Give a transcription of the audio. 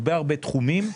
הרבה-הרבה תחומים,